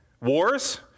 wars